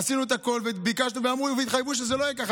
עשינו את הכול, ביקשנו, והתחייבו שזה לא יהיה כך.